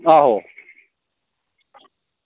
आहो